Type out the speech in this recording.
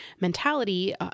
mentality